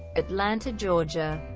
atlanta, georgia